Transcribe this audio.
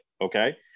Okay